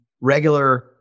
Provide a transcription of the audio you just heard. regular